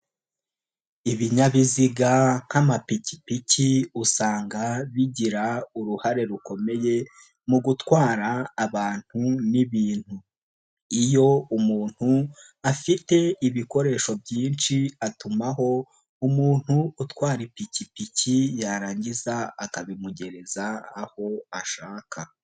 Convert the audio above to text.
Ibinyabiziga nk'amapikipiki usanga bigira uruhare rukomeye mu gutwara abantu n'ibintu, iyo umuntu afite ibikoresho byinshi atumaho umuntu utwara ipikipiki yarangiza akabimugereza aho ashaka.